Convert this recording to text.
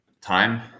time